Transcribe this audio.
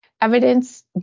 Evidence